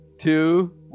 two